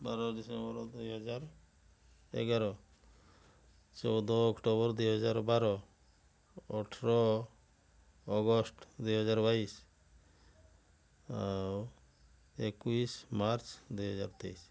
ବାର ଡିସେମ୍ବର ଦୁଇ ହଜାର ଏଗାର ଚଉଦ ଅକ୍ଟୋବର ଦୁଇ ହଜାର ବାର ଅଠର ଅଗଷ୍ଟ ଦୁଇ ହଜାର ବାଇଶି ଆଉ ଏକୋଇଶି ମାର୍ଚ୍ଚ ଦୁଇ ହଜାର ତେଇଶି